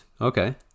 Okay